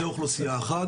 זאת אוכלוסייה אחת,